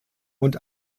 und